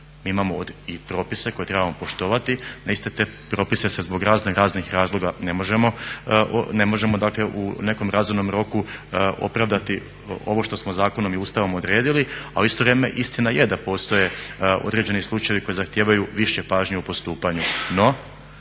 ovdje i propise koje trebamo poštovati a iste te propise se zbog razno raznih razloga ne možemo dakle u nekom razumnom roku opravdati ovo što smo zakonom i Ustavom odredili. A u isto vrijeme istina je da postoje određeni slučajevi koji zahtijevaju više pažnje u postupanju.